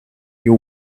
you